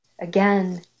again